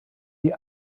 die